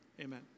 amen